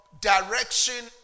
direction